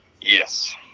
Yes